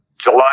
July